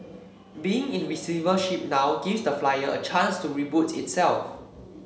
being in receivership now gives the Flyer a chance to reboot itself